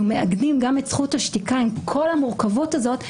מעגנים גם את זכות השתיקה עם כל המורכבות הזאת,